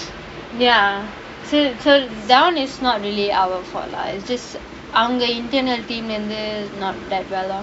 ya so so down is not really our fault lah is just அவங்க:avanga internal team lah இருந்து:irunthu not that well lor